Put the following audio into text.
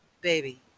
Baby